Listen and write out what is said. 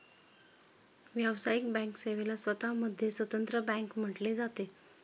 व्यावसायिक बँक सेवेला स्वतः मध्ये स्वतंत्र बँक म्हटले जाते